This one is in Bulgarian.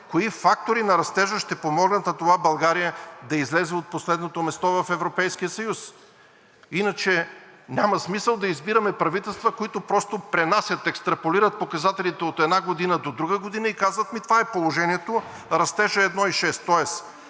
кои фактори на растежа ще помогнат за това България да излезе от последното място в Европейския съюз. Иначе няма смисъл да избираме правителства, които просто пренасят, екстраполират показателите от една година до друга година и казват – ами, това е положението, растежът е 1,6%, тоест